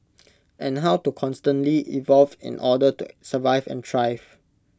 and how to constantly evolve in order to survive and thrive